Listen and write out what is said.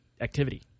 activity